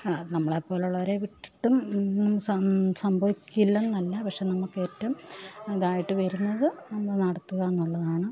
നമ്മളേപ്പോലെയുള്ളവരെ വിട്ടിട്ടും സംഭവിക്കില്ല എന്നല്ല പക്ഷേ നമുക്കേറ്റവും ഇതായിട്ട് വരുന്നത് നമ്മൾ നടത്തുകയെന്നുള്ളതാണ്